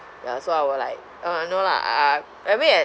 ya so I will like uh no lah uh I mean a~